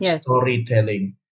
storytelling